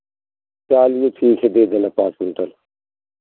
चलिए ठीक है दे देना पाँच क्विंटल